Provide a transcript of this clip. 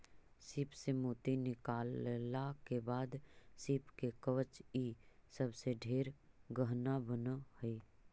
सीप से मोती निकालला के बाद सीप के कवच ई सब से ढेर गहना बन हई